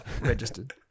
registered